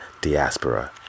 diaspora